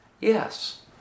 Yes